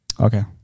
Okay